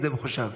זה מחושב.